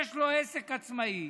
יש לו עסק עצמאי,